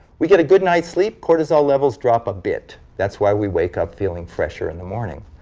we get a good night's sleep, cortisol levels drop a bit. that's why we wake up feeling fresher in the morning.